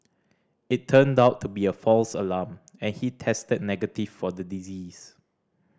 it turned out to be a false alarm and he tested negative for the disease